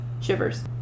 Shivers